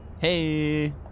Hey